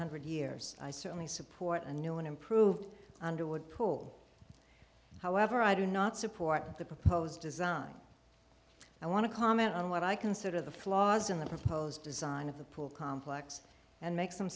hundred years i certainly support a new and improved underwood pool however i do not support the proposed design i want to comment on what i consider the flaws in the proposed design of the pool complex and make some